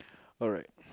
alright